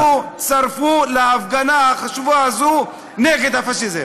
אנא הצטרפו להפגנה החשובה הזאת נגד הפאשיזם.